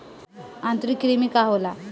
आंतरिक कृमि का होला?